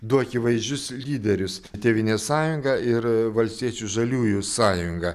du akivaizdžius lyderius tėvynės sąjungą ir valstiečių žaliųjų sąjungą